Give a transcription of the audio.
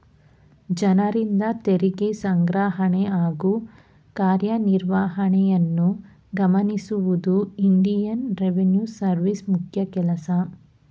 ಜನರಿಂದ ತೆರಿಗೆ ಸಂಗ್ರಹಣೆ ಹಾಗೂ ಕಾರ್ಯನಿರ್ವಹಣೆಯನ್ನು ಗಮನಿಸುವುದು ಇಂಡಿಯನ್ ರೆವಿನ್ಯೂ ಸರ್ವಿಸ್ ಮುಖ್ಯ ಕೆಲಸ